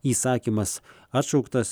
įsakymas atšauktas